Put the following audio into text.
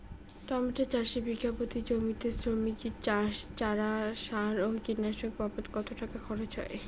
Tomato চাষে বিঘা প্রতি জমিতে শ্রমিক, বাঁশ, চারা, সার ও কীটনাশক বাবদ কত টাকা খরচ হয়?